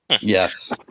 Yes